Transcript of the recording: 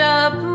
up